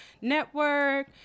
network